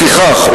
לפיכך,